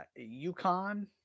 UConn